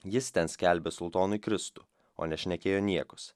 jis ten skelbė sultonui kristų o ne šnekėjo niekus